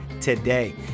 today